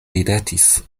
ridetis